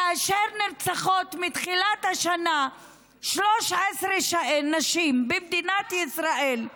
כאשר נרצחות מתחילת השנה 13 נשים במדינת ישראל,